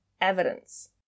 evidence